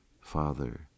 Father